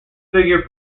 figure